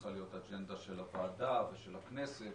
צריכה להיות האג'נדה של הוועדה ושל הכנסת.